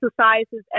exercises